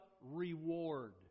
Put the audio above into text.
reward